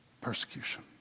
Persecution